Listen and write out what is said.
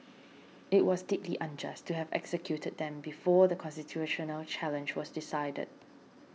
it was deeply unjust to have executed them before the constitutional challenge was decided